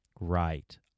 Right